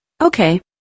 Okay